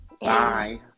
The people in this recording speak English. Bye